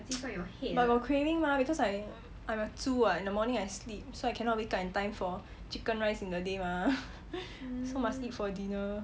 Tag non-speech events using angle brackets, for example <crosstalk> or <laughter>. <noise> but got craving mah becuase I'm I'm a 猪 what in the morning I sleep so cannot wake up in time for 鸡饭 in the day mah so must eat for dinner